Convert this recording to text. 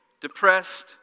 depressed